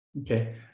okay